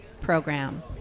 program